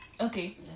Okay